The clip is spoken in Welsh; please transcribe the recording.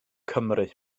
cymru